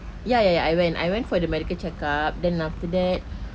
ya ya ya I went I went for medical check-up then after that